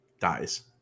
dies